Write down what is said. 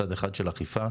צד אחד של אכיפה,